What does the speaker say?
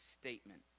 statement